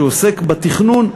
שעוסק בתכנון,